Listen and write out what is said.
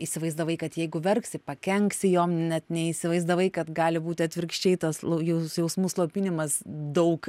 įsivaizdavai kad jeigu verksi pakenksi jom net neįsivaizdavai kad gali būti atvirkščiai tas lu jūs jausmų slopinimas daug